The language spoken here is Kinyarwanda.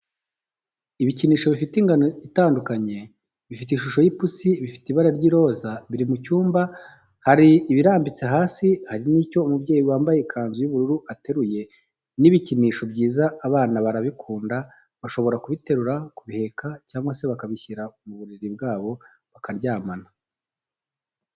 Ibikinisho bifite ingano itandukanye bifite ishusho y'ipusi, bifite ibara ry'iroza, biri mu cyumba hari ibirambitse hasi hari n'icyo umubyeyi wambaye ikanzu y'ubururu ateruye ni ibikinisho byiza abana barabikunda bashobora kubiterura kubiheka cyangwa se bakabishyira mu buriri bwabo bakaryamana.